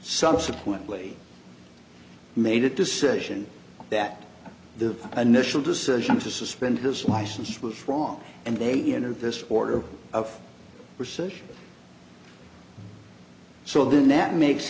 subsequently made a decision that the initial decision to suspend his license was wrong and they entered this order of recession so then that makes